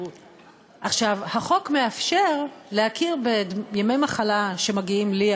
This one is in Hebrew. החוק מאפשר להכיר בימי מחלה שמגיעים לי,